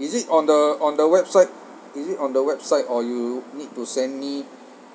is it on the on the website is it on the website or you need to send me